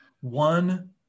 one